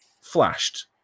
flashed